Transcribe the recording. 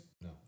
No